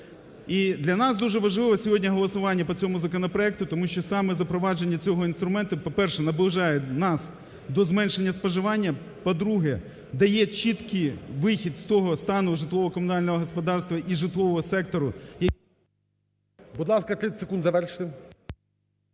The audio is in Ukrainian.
І для нас дуже важливо сьогодні голосування по цьому законопроекту, тому що саме запровадження цього інструменту, по-перше, наближає нас до зменшення споживання, по-друге, дає чіткий вихід з того стану житлово-комунального господарства і житлового сектору… ГОЛОВУЮЧИЙ. Будь ласка, 30 секунд завершити.